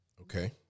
okay